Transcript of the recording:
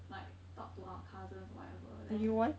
like talk to our cousins or whatever then